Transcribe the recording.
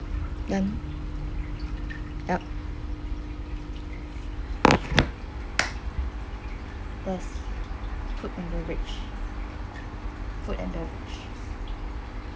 done yup that's food and beverage food and beverage